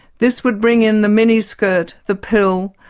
this would bring in the mini-skirt, the pill,